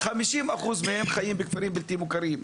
50% מהם חיים בכפרים בלתי מוכרים.